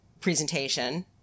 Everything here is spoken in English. presentation